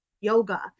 yoga